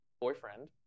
boyfriend